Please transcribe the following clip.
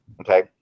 Okay